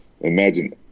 imagine